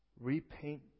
repaint